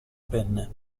penne